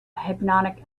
hypnotic